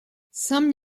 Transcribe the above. some